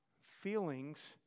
feelings